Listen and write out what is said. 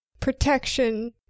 protection